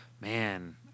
man